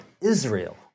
Israel